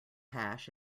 hash